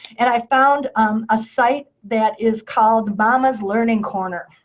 and i found um a site that is called momma's learning corner.